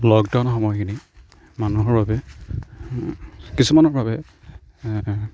lockdown সময়খিনিত মানুহৰ বাবে কিছুমানৰ বাবে